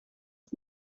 het